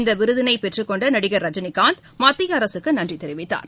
இந்த விருதினை பெற்றுக் கொண்ட நடிகர் ரஜினினாந்த் மத்திய அரசுக்கு நன்றி தெரிவித்தார்